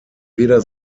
weder